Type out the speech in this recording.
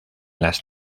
las